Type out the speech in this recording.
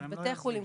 בתי חולים,